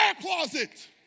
closet